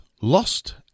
Lost